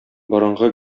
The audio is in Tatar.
борынгы